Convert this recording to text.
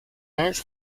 neus